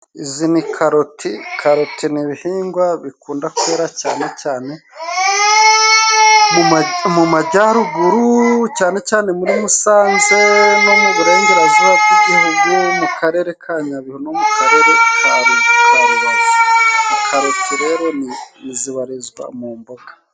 Izi ni karoti, karoti ni ibihingwa bikunda kwera cyane cyane mu majyaruguru, cyane cyane muri Musanze, no mu burengerazuba bw'igihugu mu karere ka Nyabihu no mu karere ka rubavu. Karoti rero zibarizwa mu mboga.